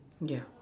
ya